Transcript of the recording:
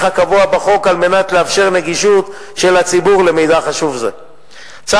הקבוע בחוק כדי לאפשר נגישות של מידע חשוב זה לציבור.